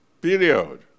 Period